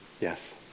Yes